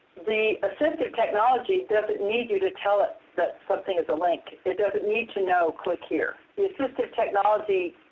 the assistive technology doesn't need you to tell it that something is a link. it doesn't need to know click here. the assistive technology,